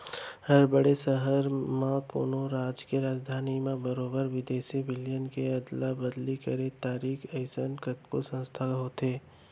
हर बड़े सहर म, कोनो राज के राजधानी म बरोबर बिदेसी बिनिमय के अदला बदली करे खातिर अइसन कतको संस्था होथे